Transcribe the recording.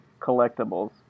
collectibles